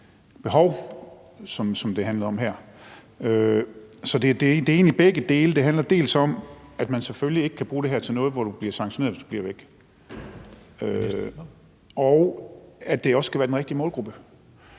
behov, som det handler om her. Så det er egentlig begge dele. Det handler dels om, at man selvfølgelig ikke kan bruge det her, hvor du bliver sanktioneret, hvis du bliver væk, til noget, dels om, at det også skal være den rigtige målgruppe.